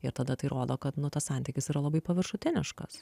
ir tada tai rodo kad nu tas santykis yra labai paviršutiniškas